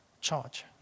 charge